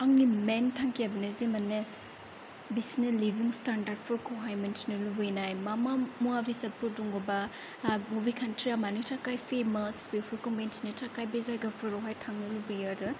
आंनि मेइन थांखिया बेनोदि माने बिसोरनि लिभिं स्टेनडार्डफोरखौहाय मिन्थिनो लुबैनाय मा मा मुवा बेसादफोर दङ बा बबे खान्थिया मानि थाखाय फेमास बेफोरखौ मिन्थिनो थाखाय बे जायगाफोरावहाय थांनो लुबैयो आरो